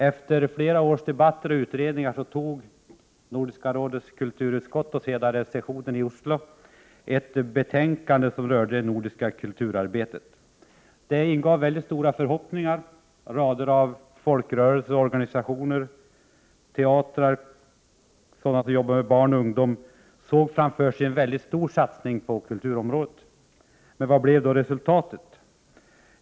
Efter flera års debatter och utredningar antog rådets kulturutskott, och sedan sessionen, i Oslo ett förslag som rörde det nordiska kulturarbetet. Det ingav väldigt stora förhoppningar. Rader av folkrörelser och organisationer, teatrar, organ som arbetar med barn och ungdom, såg framför sig en väldigt stor satsning på kulturområdet. Men vad blev resultatet?